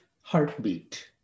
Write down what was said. heartbeat